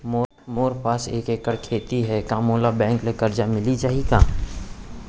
मोर पास एक एक्कड़ खेती हे का मोला बैंक ले करजा मिलिस जाही?